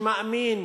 שמאמין